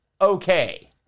okay